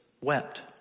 wept